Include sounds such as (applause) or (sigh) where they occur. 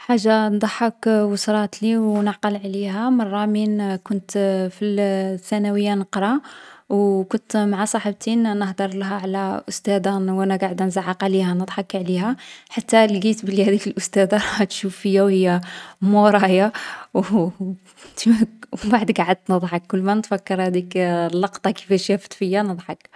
حاجة تضحّك و صراتلي و نعقل عليها، مرة من كنت في الـ الثانوية نقرا، و و كنت مع صحبتي نـ نهدر لها على أستاذة و نـ وانا قاعدة نزعق عليها و نضحك عليها، حتى لقيت بلي هاذيك الأستاذة راها تشوف فيا هي مورايا و (laughs) و مبعد قعدت نضحك. كلما نتفكر هاذيك اللقطة، كيفاش شافت فيا، نضحك.